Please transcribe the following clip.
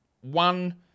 one